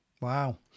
wow